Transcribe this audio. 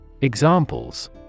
Examples